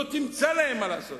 לא תמצא להם מה לעשות.